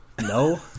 No